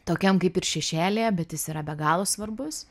tokiam kaip ir šešėlyje bet jis yra be galo svarbus